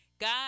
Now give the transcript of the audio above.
god